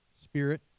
spirit